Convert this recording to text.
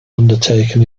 undertaken